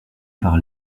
par